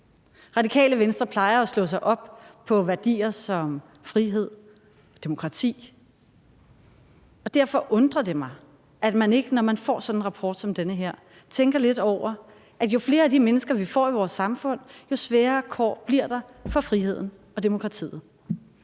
Radikale Venstre plejer at slå sig op på værdier som frihed og demokrati, og derfor undrer det mig, at man ikke, når man får en rapport som den her, tænker lidt over, at jo flere af de mennesker vi får i vores samfund, jo sværere kår bliver der for friheden og demokratiet.